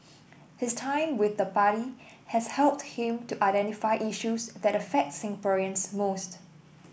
his time with the party has helped him to identify issues that affect Singaporeans most